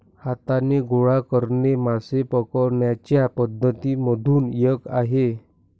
हाताने गोळा करणे मासे पकडण्याच्या पद्धती मधून एक आहे